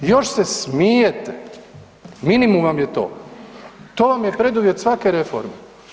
Još se smijete, minimum vam je to, to vam je preduvjet svake reforme.